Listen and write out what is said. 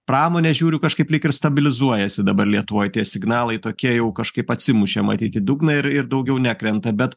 pramonė žiūriu kažkaip lyg ir stabilizuojasi dabar lietuvoj tie signalai tokie jau kažkaip atsimušė matyt į dugną ir ir daugiau nekrenta bet